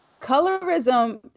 colorism